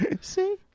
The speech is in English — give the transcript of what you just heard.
see